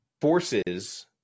forces